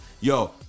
Yo